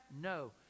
No